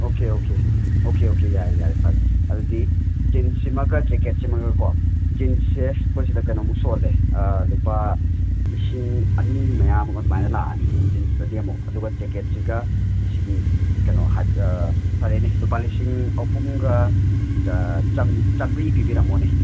okay okay okay okay ꯌꯥꯔꯦ ꯌꯥꯔꯦ ꯐꯔꯦ ꯑꯗꯨꯗꯤ ꯖꯤꯟꯁꯁꯤꯃꯒ ꯖꯦꯀꯦꯠꯁꯤꯃꯒꯀꯣ ꯖꯤꯟꯁꯁꯦ ꯑꯩꯈꯣꯏ ꯑꯁꯤꯗ ꯀꯩꯅꯣꯃꯨꯛ ꯁꯨꯍꯟꯂꯦ ꯂꯨꯄꯥ ꯂꯤꯁꯤꯡ ꯑꯅꯤ ꯃꯌꯥꯃꯨꯛ ꯑꯗꯨꯃꯥꯏꯅ ꯂꯥꯛꯑꯅꯤ ꯖꯤꯟꯁꯇꯗꯤ ꯑꯃꯨꯛ ꯑꯗꯨꯒ ꯖꯦꯀꯦꯠꯁꯤꯒ ꯑꯁꯤꯒꯤ ꯀꯩꯅꯣ ꯐꯔꯦꯅꯦ ꯂꯨꯄꯥ ꯂꯤꯁꯤꯡ ꯑꯍꯨꯝꯒ ꯆ ꯆꯥꯝꯕ꯭ꯔꯤ ꯄꯤꯕꯤꯔꯝꯃꯣꯅꯦ